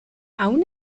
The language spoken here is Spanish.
aun